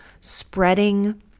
spreading